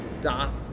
Doth